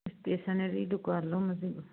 ꯏꯁꯇꯦꯁꯟꯅꯔꯤ ꯗꯨꯀꯥꯟꯂꯣ ꯃꯁꯤꯕꯣ